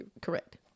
correct